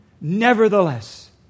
Nevertheless